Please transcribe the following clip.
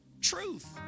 Truth